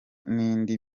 n’indi